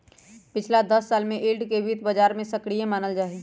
पिछला दस साल से यील्ड के वित्त बाजार में सक्रिय मानल जाहई